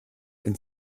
and